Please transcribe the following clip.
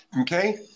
Okay